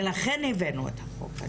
ולכן הבאנו את החוק הזה.